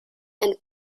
and